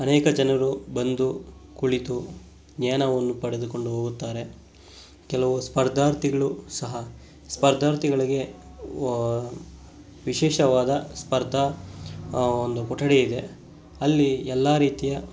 ಅನೇಕ ಜನರು ಬಂದು ಕುಳಿತು ಜ್ಞಾನವನ್ನು ಪಡೆದುಕೊಂಡು ಹೋಗುತ್ತಾರೆ ಕೆಲವು ಸ್ಪರ್ಧಾರ್ತಿಗಳು ಸಹ ಸ್ಪರ್ಧಾರ್ತಿಗಳಿಗೆ ವ ವಿಶೇಷವಾದ ಸ್ಪರ್ಧಾ ಒಂದು ಕೊಠಡಿ ಇದೆ ಅಲ್ಲಿ ಎಲ್ಲಾ ರೀತಿಯ